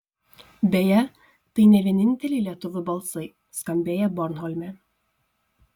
beje tai ne vieninteliai lietuvių balsai skambėję bornholme